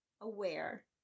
aware